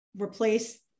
replace